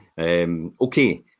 Okay